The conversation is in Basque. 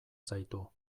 zaitu